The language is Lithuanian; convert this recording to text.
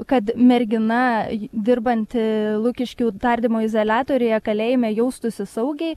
kad mergina dirbanti lukiškių tardymo izoliatoriuje kalėjime jaustųsi saugiai